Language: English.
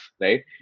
right